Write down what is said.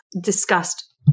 discussed